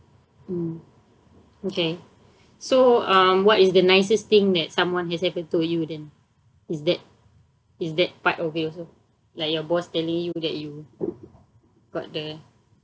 um okay so um what is the nicest thing that someone has ever told you then is that is that part of it also like your boss telling you that you got the